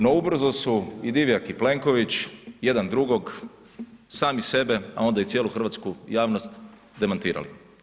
No ubrzo su i Divjak i Plenković jedan drugog, sami sebe, a onda i cijelu hrvatsku javnost, demantirali.